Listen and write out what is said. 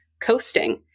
coasting